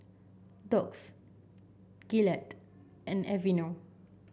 Doux Gillette and Aveeno